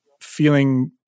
feeling